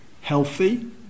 healthy